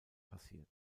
passiert